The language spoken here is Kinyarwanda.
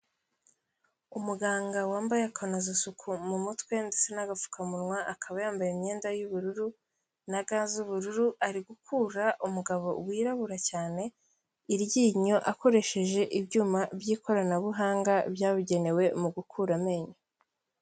Umuganga wambaye akanoza suku mu mutwe ndetse n'agapfukamunwa, akaba yambaye imyenda y'ubururu na ga z'ubururu, ari gukura umugabo wirabura cyane iryinyo akoresheje ibyuma by'ikoranabuhanga byabugenewe mu gukura amenyo.